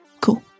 cool